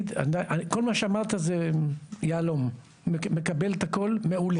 כל מה שאתה אמרת זה יהלום, מקבל את הכול מעולה.